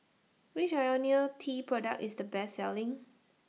Which Ionil T Product IS The Best Selling